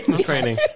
training